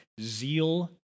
Zeal